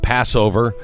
Passover